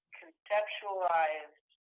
conceptualized